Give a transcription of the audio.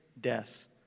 death